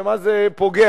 במה זה פוגע?